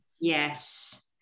yes